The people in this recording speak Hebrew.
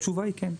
התשובה היא כן.